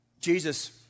Jesus